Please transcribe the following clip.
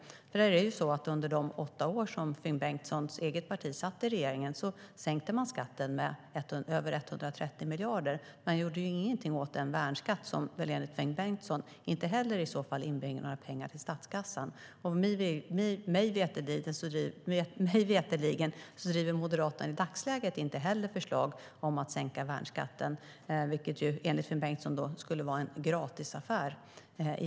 Under de åtta år som Finn Bengtssons eget parti satt i regeringen sänkte man skatten med över 130 miljarder. Men man gjorde ingenting åt den värnskatt som enligt Finn Bengtsson inte heller inbringade några pengar till statskassan. Mig veterligen driver Moderaterna i dagsläget inte något förslag om att sänka värnskatten, vilket enligt Finn Bengtsson skulle vara en gratisaffär.